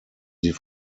sie